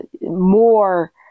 more